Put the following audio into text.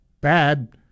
bad